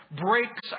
Breaks